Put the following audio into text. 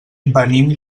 venim